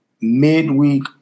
midweek